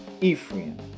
Ephraim